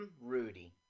Rudy